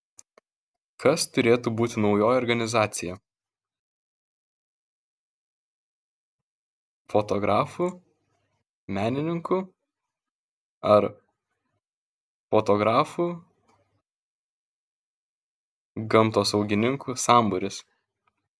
kas turėtų būti naujoji organizacija fotografų menininkų ar fotografų gamtosaugininkų sambūris